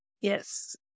Yes